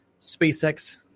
SpaceX